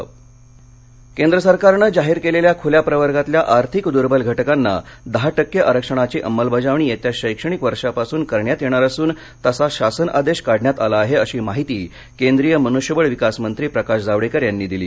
जावडेकर केंद्र सरकारने जाहीर केलेल्या खुल्या प्रवर्गातल्या आर्थिक दुर्वल घटकांना दहा टक्के आरक्षणाची अंमलबजावणी येत्या शक्तणिक वर्षापासून करण्यात येणार असून तसा शासन आदेश काढण्यात आला आहे अशी माहिती केंद्रीय मनुष्यबळ विकासमंत्री प्रकाश जावडेकर यांनी दिली